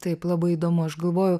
taip labai įdomu aš galvoju